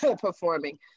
performing